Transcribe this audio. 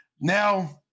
Now